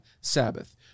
Sabbath